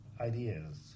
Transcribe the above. ideas